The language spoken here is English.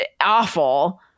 awful